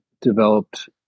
developed